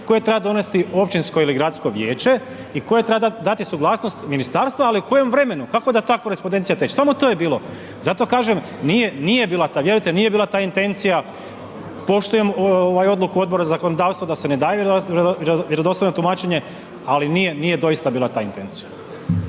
koje treba donijeti općinsko ili gradsko vijeće i koje treba dati suglasnost ministarstvo. Ali u kojem vremenu? Kako da te korespodencija teče? Samo to je bilo. Zato kažem nije bila ta, vjerujte nije bila ta intencija, poštujem odluku Odbora za zakonodavstvo da se ne daju vjerodostojno tumačenje ali nije doista bila ta intencija.